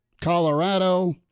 Colorado